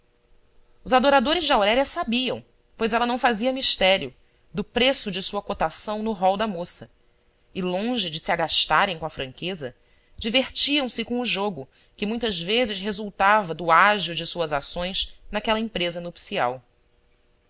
os adoradores de aurélia sabiam pois ela não fazia mistério do preço de sua cotação no rol da moça e longe de se agastarem com a franqueza divertiam se com o jogo que muitas vezes resultava do ágio de suas ações naquela empresa nupcial